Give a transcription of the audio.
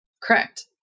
Correct